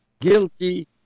guilty